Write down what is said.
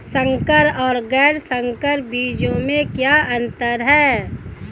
संकर और गैर संकर बीजों में क्या अंतर है?